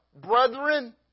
Brethren